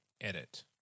edit